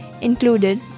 included